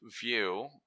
view